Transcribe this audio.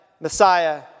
Messiah